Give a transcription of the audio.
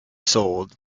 sold